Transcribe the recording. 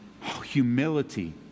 humility